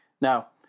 Now